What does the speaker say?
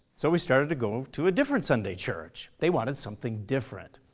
so we started to go to a different sunday church. they wanted something different.